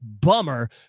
bummer